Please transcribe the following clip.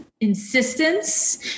insistence